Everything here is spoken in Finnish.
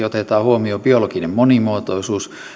otetaan huomioon biologinen monimuotoisuus